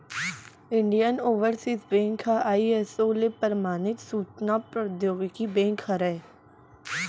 Indian Overseas bank ह ISO ले परमानित सूचना प्रौद्योगिकी बेंक हरय